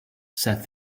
said